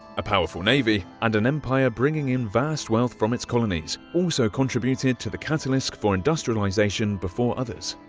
a powerful navy and an empire bringing in vast wealth from its colonies also contributed to the catalyst for industrialization before others.